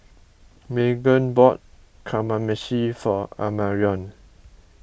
Meghan bought Kamameshi for Amarion